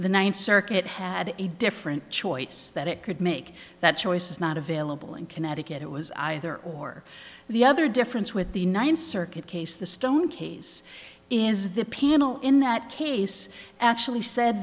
the ninth circuit it had a different choice that it could make that choice is not available in connecticut it was either or the other difference with the ninth circuit case the stone case is the panel in that case actually said